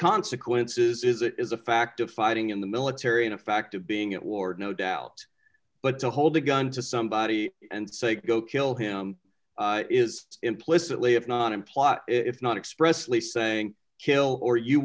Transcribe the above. consequences is it is a fact of fighting in the military in a fact of being at war no doubt but to hold a gun to somebody and say go kill him is implicitly if not in plot if not expressly saying kill or you